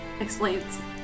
explains